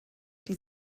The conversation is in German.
die